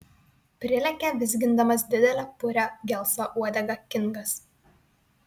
prilekia vizgindamas didelę purią gelsvą uodegą kingas